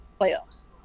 playoffs